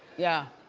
yeah,